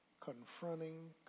Confronting